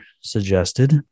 suggested